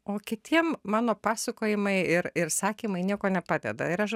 o kitiem mano pasakojimai ir ir sakymai nieko nepadeda ir aš